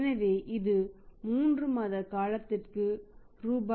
எனவே இது 3 மாத காலத்திற்கு ரூ